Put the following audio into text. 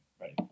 right